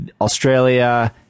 Australia